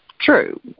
True